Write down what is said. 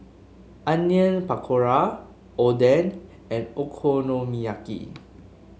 Onion Pakora Oden and Okonomiyaki